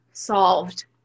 solved